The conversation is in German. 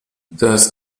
das